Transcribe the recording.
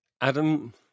Adam